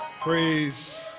Praise